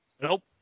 Nope